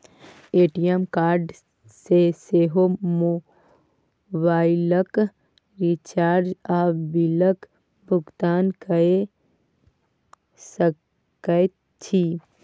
ATM card सँ सेहो मोबाइलक रिचार्ज आ बिलक भुगतान कए सकैत छी